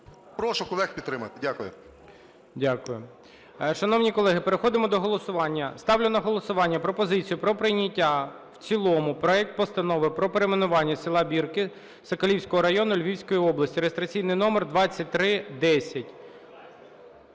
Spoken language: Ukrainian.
прошу колег підтримати. Дякую. ГОЛОВУЮЧИЙ. Дякую. Шановні колеги! Переходимо до голосування, ставлю на голосування пропозицію про прийняття в цілому проекту Постанови про перейменування села Бірки Сокалівського району Львівської області (реєстраційний номер 2310).